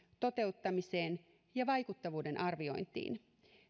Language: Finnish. toteuttamiseen ja vaikuttavuuden arviointiin